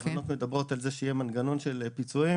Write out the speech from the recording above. ההבנות מדברות על יצירת מנגנון פיצויים